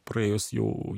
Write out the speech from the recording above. praėjus jau